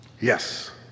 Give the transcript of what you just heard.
Yes